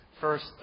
First